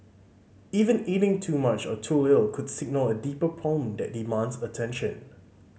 even eating too much or too little could signal a deeper problem that demands attention